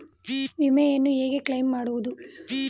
ವಿಮೆಯನ್ನು ಹೇಗೆ ಕ್ಲೈಮ್ ಮಾಡುವುದು?